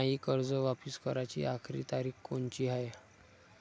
मायी कर्ज वापिस कराची आखरी तारीख कोनची हाय?